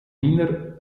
wiener